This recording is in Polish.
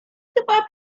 chyba